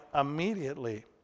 immediately